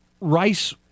Rice